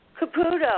Caputo